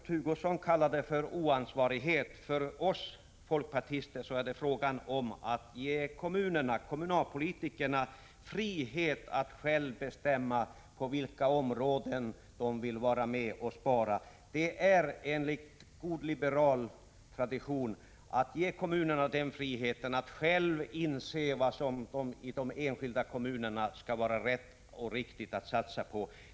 Kurt Hugosson får kalla det oansvarigt — för oss folkpartister handlar det om att ge kommunalpolitikerna frihet att själva bestämma på vilka områden de vill vara med och spara. Det är god liberal tradition att ge kommunerna den friheten att de själva får inse vad som är rätt och riktigt att satsa på i den enskilda kommunen.